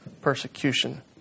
persecution